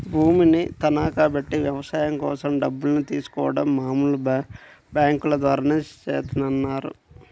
భూమిని తనఖాబెట్టి వ్యవసాయం కోసం డబ్బుల్ని తీసుకోడం మామూలు బ్యేంకుల ద్వారానే చేత్తన్నారు